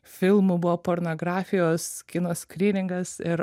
filmų buvo pornografijos kino skryningas ir